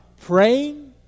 praying